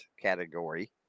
category